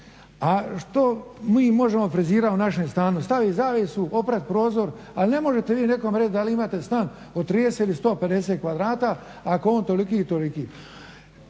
A što mi možemo frizirati u našem stanu? Stavit zavjesu, oprat prozor, ali ne možete vi nekom reći da li imate stan od 30 ili 150 kvadrata ako je on toliki i toliki.